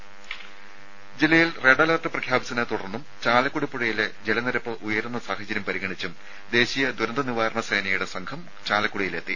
രുമ ജില്ലയിൽ red alert പ്രഖ്യാപിച്ചതിനെത്തുടർന്നും ചാലക്കുടി പുഴയിലെ ജലനിരപ്പ് ഉയരുന്ന സാഹചര്യം പരിഗണിച്ചും ദേശീയ ദുരന്ത നിവാരണ സേനയുടെ സംഘം ചാലക്കുടിയിലെത്തി